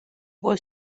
was